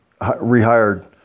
rehired